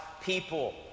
people